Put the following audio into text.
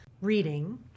reading